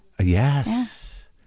Yes